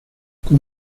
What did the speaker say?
con